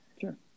Sure